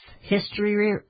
history